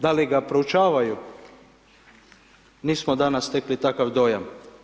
Da li ga proučavaju, nismo danas stekli takav dojam.